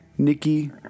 Nikki